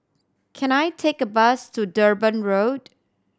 can I take a bus to Durban Road